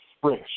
fresh